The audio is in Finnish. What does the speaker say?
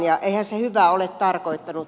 eihän se hyvää ole tarkoittanut